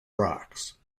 rocks